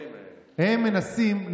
הם מנסים,